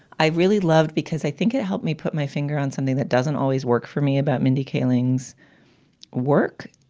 i really loved because i think it helped me put my finger on something that doesn't always work for me about mindy keeling's work.